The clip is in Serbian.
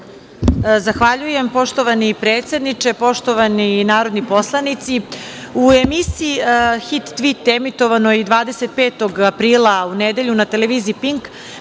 Zahvaljujem. Poštovani predsedniče, poštovani narodni poslanici, u emisiji „Hit tvit“ emitovanoj 25. aprila u nedelju na TV „Pink“,